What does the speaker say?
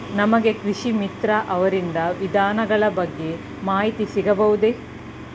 ನಮಗೆ ಕೃಷಿ ಮಿತ್ರ ಅವರಿಂದ ವಿಧಾನಗಳ ಬಗ್ಗೆ ಮಾಹಿತಿ ಸಿಗಬಹುದೇ?